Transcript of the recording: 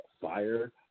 fire